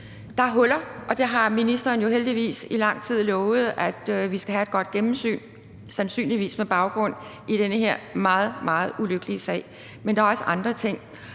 Der er huller, og ministeren har jo heldigvis i lang tid lovet, at vi skal have et godt gennemsyn af det, sandsynligvis med baggrund i den her meget, meget ulykkelige sag, men der er også andre ting.